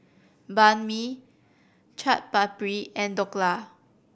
Banh Mi Chaat Papri and Dhokla